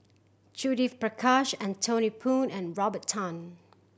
Judith Prakash Anthony Poon and Robert Tan